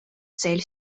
цель